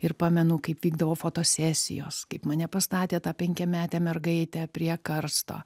ir pamenu kaip vykdavo fotosesijos kaip mane pastatė tą penkiametę mergaitę prie karsto